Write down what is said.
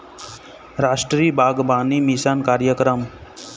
रास्टीय बागबानी मिसन कार्यकरम